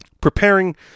preparing